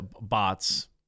bots